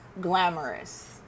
glamorous